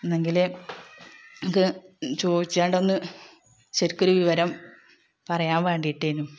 ന്നെങ്കില് നമുക്ക് ചോദിച്ചാണ്ടൊന്ന് ശരിക്കൊരു വിവരം പറയാന് വേണ്ടീട്ടേനു